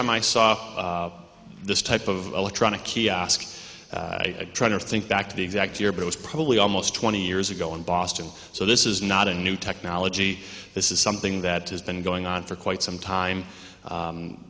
time i saw this type of electronic kiosk trying to think back to the exact year but it was probably almost twenty years ago in boston so this is not a new technology this is something that has been going on for quite some time